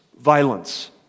Violence